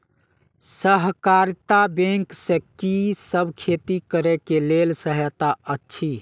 सहकारिता बैंक से कि सब खेती करे के लेल सहायता अछि?